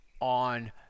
on